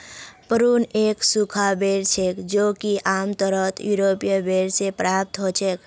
prune एक सूखा बेर छेक जो कि आमतौरत यूरोपीय बेर से प्राप्त हछेक